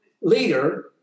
leader